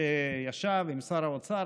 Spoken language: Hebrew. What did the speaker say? שישב עם שר האוצר,